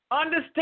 Understand